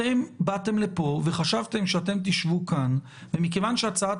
אתם באתם לפה וחשבתם שאתם תשבו כאן ומכיוון שהצעת